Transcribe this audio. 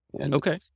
Okay